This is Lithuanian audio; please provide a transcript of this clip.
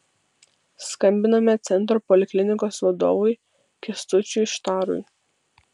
skambiname centro poliklinikos vadovui kęstučiui štarui